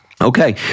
Okay